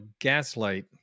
gaslight